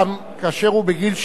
כאשר הוא בגיל 70,